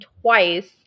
twice